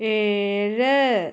ഏഴ്